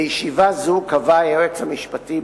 בישיבה הזאת קבע היועץ המשפטי,